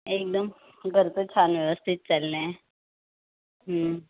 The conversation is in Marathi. एकदम घरचं छान व्यवस्थित चाललं आहे